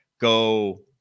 go